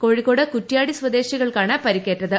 കോഴിക്കോട്ട് കുറ്റിയാടി സ്വദേശികൾക്കാണ് പരിക്കേറ്റത്